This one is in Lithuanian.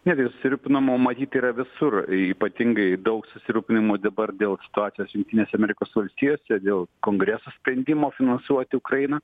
ne tai susirūpinomo matyt yra visur ypatingai daug susirūpinimo dabar dėl situacijos jungtinėse amerikos valstijose dėl kongreso sprendimo finansuoti ukrainą